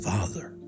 Father